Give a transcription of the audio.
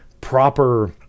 proper